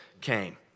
came